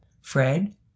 Fred